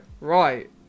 right